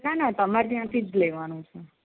ના ના તમારે ત્યાંથી જ લેવાનું છે